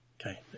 Okay